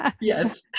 Yes